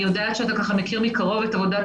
אני יודעת שאתה מכיר מקרוב את עבודת